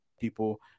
people